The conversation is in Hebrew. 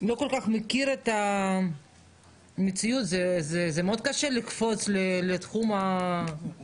שלא כל כך מכיר את המציאות זה מאוד קשה לקפוץ לתחום של עסק.